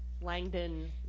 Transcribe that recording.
Langdon